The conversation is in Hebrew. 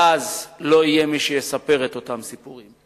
ואז לא יהיה מי שיספר את אותם סיפורים.